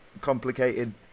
complicated